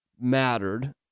mattered